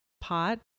pot